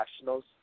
Nationals